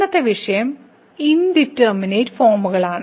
ഇന്നത്തെ വിഷയം ഇൻഡിറ്റർമിനേറ്റ് ഫോമുകളാണ്